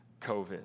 COVID